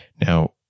Now